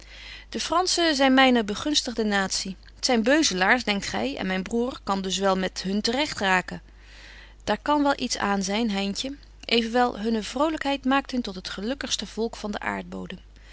de franschen zyn myne begunstigde natie t zyn beuzelaars denkt gy en myn broêr kan dus wel met hun te regt raaken daar kan wel iets aan zyn heintje evenwel hunne vrolykheid maakt hun tot het gelukkigste volk van den aardbodem